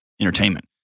entertainment